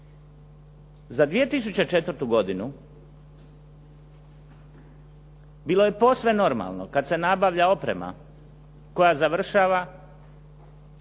Za 2004. godinu bilo je posve normalno kad se nabavlja oprema koja završava na